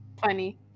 Funny